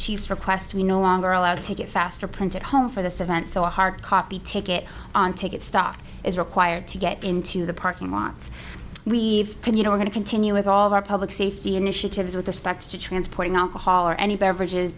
chiefs request we no longer allowed to get faster printed home for this event so hard copy take it on take it stock is required to get into the parking lots we can you know we're going to continue with all of our public safety initiatives with respect to transporting alcohol or any beverages